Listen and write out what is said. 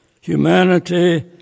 humanity